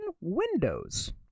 Windows